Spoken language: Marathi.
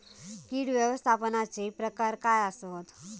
कीड व्यवस्थापनाचे प्रकार काय आसत?